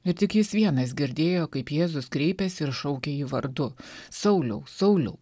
ir tik jis vienas girdėjo kaip jėzus kreipėsi ir šaukė jį vardu sauliau sauliau